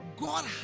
God